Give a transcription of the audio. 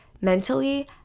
mentally